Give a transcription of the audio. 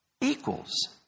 equals